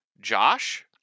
Josh